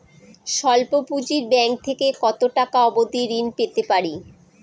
স্বল্প পুঁজির ব্যাংক থেকে কত টাকা অবধি ঋণ পেতে পারি?